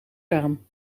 raam